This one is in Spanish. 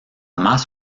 más